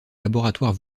laboratoire